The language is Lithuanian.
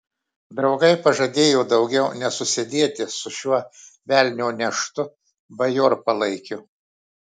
draugai pažadėjo daugiau nesusidėti su šiuo velnio neštu bajorpalaikiu